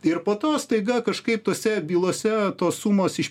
ir po to staiga kažkaip tose bylose tos sumos iš